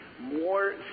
more